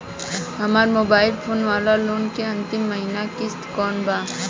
हमार mobile phone वाला loan के अंतिम महिना किश्त कौन बा?